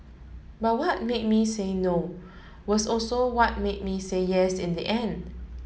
but what made me say No was also what made me say Yes in the end